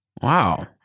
Wow